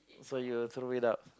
so you throw it up